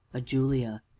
a julia,